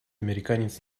американец